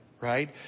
right